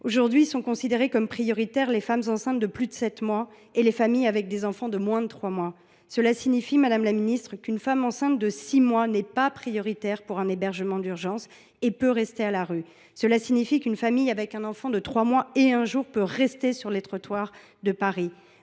aujourd’hui considérées comme prioritaires les femmes enceintes de plus de sept mois et les familles avec des enfants de moins de 3 mois. Cela signifie qu’une femme enceinte de six mois n’est pas prioritaire pour un hébergement d’urgence et peut rester à la rue. Cela signifie qu’une famille avec un enfant de 3 mois et un jour peut passer la nuit sur les trottoirs de Paris…